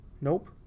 Nope